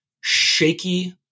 shaky